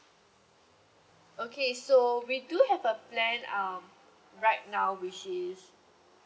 okay so we do have a plan um right now which is